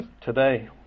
today